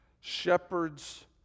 shepherds